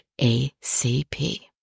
ACP